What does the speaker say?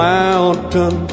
Mountain